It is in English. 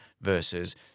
versus